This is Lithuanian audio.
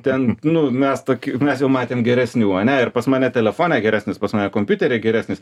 ten nu mes toki mes jau matėm geresnių ane ir pas mane telefone geresnis pas mane kompiuteryje geresnis